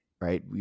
right